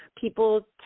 people